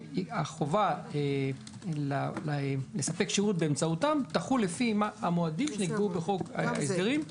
החובה לספק שירות באמצעותם תחול לפי המועדים שנקבעו בחוק ההסדרים.